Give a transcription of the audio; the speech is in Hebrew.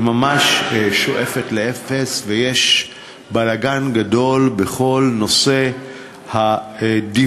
ממש שואפת לאפס, ויש בלגן גדול בכל נושא הדיווח